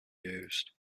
used